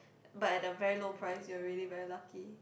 but at a very low price you're really very lucky